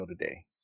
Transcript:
today